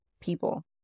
people